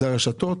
זה הרשתות,